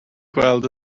gweld